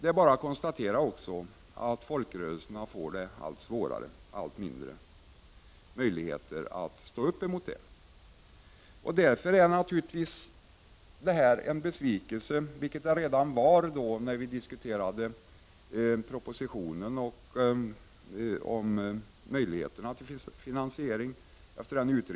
Det är bara att konstatera att folkrörelserna får allt mindre möjligheter att hävda sig gentemot staten. Vi var naturligtvis besvikna redan när vi, efter den utredning som skett, diskuterade propositionen om möjligheterna till finansiering.